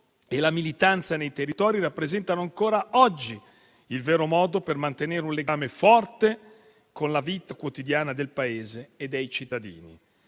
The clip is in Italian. e la militanza nei territori rappresentano ancora il vero modo per mantenere un legame forte con la vita quotidiana del Paese e dei cittadini.